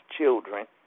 children